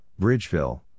Bridgeville